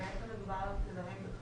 בעצם מדובר על תדרים...